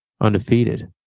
undefeated